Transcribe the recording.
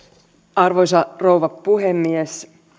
arvoisa rouva puhemies